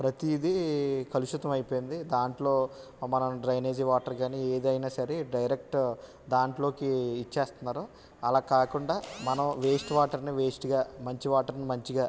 ప్రతిదీ కలుషితం అయిపోయింది దాంట్లో మనం డ్రైనేజ్ వాటర్ కాని ఏదైనా సరే డైరెక్ట్ దానిలోకి ఇచ్చేస్తున్నారు అలా కాకుండా మనం వేస్ట్ వాటర్ వేస్ట్గా మంచి వాటన్ని మంచిగా